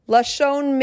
Lashon